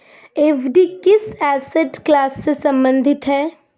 FD किस asset class से संबंधित है?